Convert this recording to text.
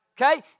Okay